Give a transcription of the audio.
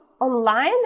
online